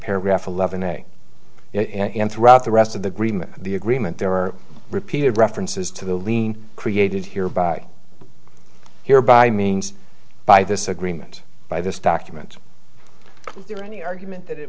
paragraph eleven a in throughout the rest of the the agreement there are repeated references to the lien created here by here by means by this agreement by this document is there any argument